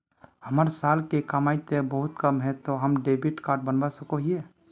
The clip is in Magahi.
हमर साल के कमाई ते बहुत कम है ते हम डेबिट कार्ड बना सके हिये?